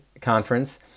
conference